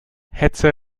hetze